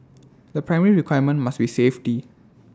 the primary requirement must be safety